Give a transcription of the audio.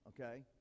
okay